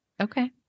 Okay